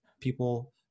people